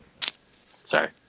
Sorry